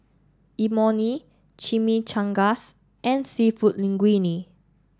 Imoni Chimichangas and Seafood Linguine